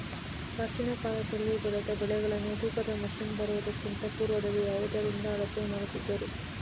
ಪ್ರಾಚೀನ ಕಾಲದಲ್ಲಿ ಬೆಳೆದ ಬೆಳೆಗಳನ್ನು ತೂಕದ ಮಷಿನ್ ಬರುವುದಕ್ಕಿಂತ ಪೂರ್ವದಲ್ಲಿ ಯಾವುದರಿಂದ ಅಳತೆ ಮಾಡುತ್ತಿದ್ದರು?